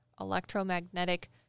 electromagnetic